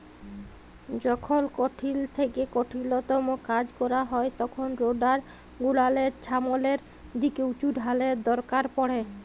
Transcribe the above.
যখল কঠিল থ্যাইকে কঠিলতম কাজ ক্যরা হ্যয় তখল রোডার গুলালের ছামলের দিকে উঁচুটালের দরকার পড়হে